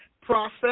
process